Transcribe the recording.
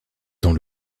dans